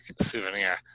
souvenir